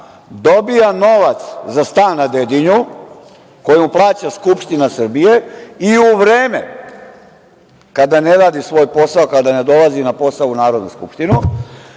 dobija novac za stan na Dedinju, koji mu plaća Skupština Srbije i u vreme kada ne radi svoj posao, kada ne dolazi na posao u Narodnu skupštinu